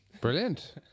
brilliant